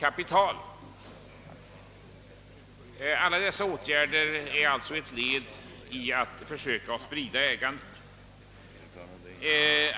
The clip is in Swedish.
Alla dessa åtgärder utgör alltså ett led i försöken att sprida ägandet.